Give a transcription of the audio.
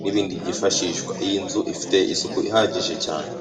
n'ibindi byifashishwa, Iyi nzu ifite isuku ihagije cyane.